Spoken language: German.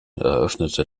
eröffnete